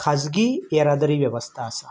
खासगी येरादारी वेवस्था आसा